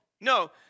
No